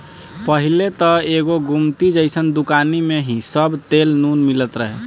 पहिले त एगो गुमटी जइसन दुकानी में ही सब तेल नून मिलत रहे